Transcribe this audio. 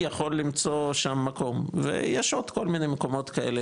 יכול למצוא שם מקום ויש עוד כל מיני מקומות כאלה,